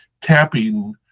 tapping